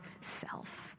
self